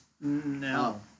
No